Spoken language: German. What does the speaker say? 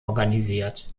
organisiert